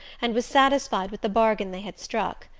and was satisfied with the bargain they had struck.